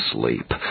sleep